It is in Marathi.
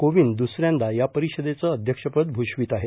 कोविंद दुसऱ्यांदा या परिषदेचं अध्यक्षपद भूषवित आहेत